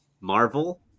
Marvel